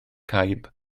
caib